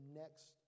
next